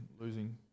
losing